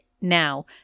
now